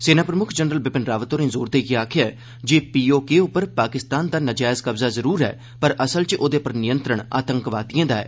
सेना प्रमुक्ख जनरल बिपिन रावत होरे जोर देइयै आखेआ ऐ जे पी ओ के उप्पर पाकिस्तान दा नजैज कब्जा जरूर ऐ पर असल च ओह्दे पर नियंत्रण आतंकवादिएं दा ऐ